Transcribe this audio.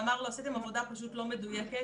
ואמר לו: עשיתם עבודה לא מדויקת.